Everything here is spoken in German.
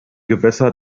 gewässer